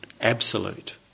absolute